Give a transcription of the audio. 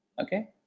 okay